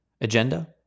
agenda